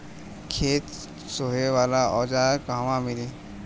खेत सोहे वाला औज़ार कहवा मिली?